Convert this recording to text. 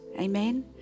Amen